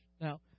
Now